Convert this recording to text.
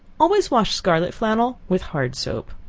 always wash scarlet flannel with hard soap.